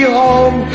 home